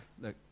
look